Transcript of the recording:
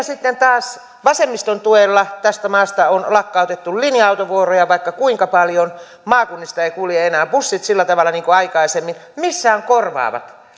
sitten taas vasemmiston tuella tästä maasta on lakkautettu linja autovuoroja vaikka kuinka paljon maakunnista eivät kulje enää bussit sillä tavalla niin kuin aikaisemmin missä ovat korvaavat